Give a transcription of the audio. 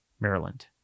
Maryland